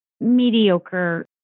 mediocre